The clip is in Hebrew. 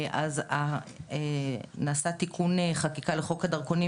אז נעשה תיקון חקיקה לחוק הדרכונים